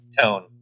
tone